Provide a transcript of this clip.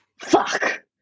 fuck